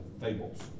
fables